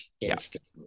instantly